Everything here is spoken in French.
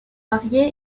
marié